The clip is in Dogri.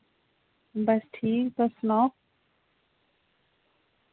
बस ठीक तुस सनाओ